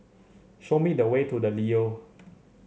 show me the way to The Leo